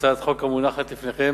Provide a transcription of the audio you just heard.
הצעת החוק המונחת לפניכם